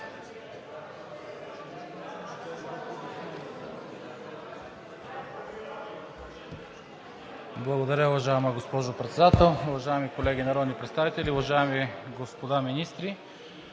Благодаря. Уважаема госпожо Председател, уважаеми колеги народни представители, уважаеми господа министри!